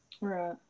Right